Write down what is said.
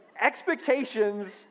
expectations